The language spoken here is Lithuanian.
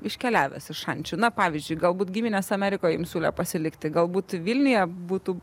iškeliavęs iš šančių na pavyzdžiui galbūt giminės amerikoj jums siūlė pasilikti galbūt vilniuje būtų